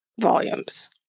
volumes